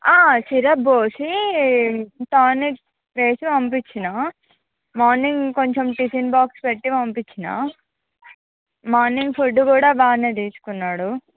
syrup పోసి tonic వేసి పంపించిన మార్నింగ్ కొంచెం టిఫిన్ బాక్స్ పెట్టి పంపించిన మార్నింగ్ ఫుడ్ కూడా బాగానే తీసుకున్నాడు